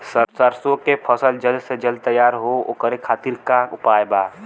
सरसो के फसल जल्द से जल्द तैयार हो ओकरे खातीर का उपाय बा?